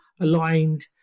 aligned